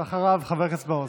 אחריו, חבר הכנסת מעוז.